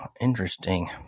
interesting